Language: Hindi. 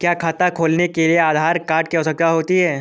क्या खाता खोलने के लिए आधार कार्ड की आवश्यकता होती है?